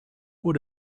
what